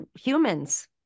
humans